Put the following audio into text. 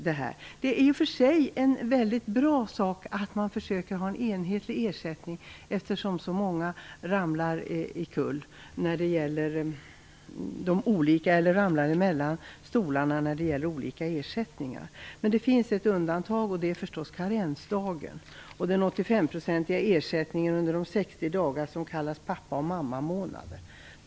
Det är i och för sig bra att man försöker ha en enhetlig ersättning eftersom så många ramlar mellan stolarna när det gäller olika ersättningar. Men det finns ett undantag, och det är förstås karensdagen och den 85-procentiga ersättningen under de 60 dagar som kallas pappa och mammamånader.